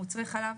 מוצרי חלב,